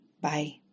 Bye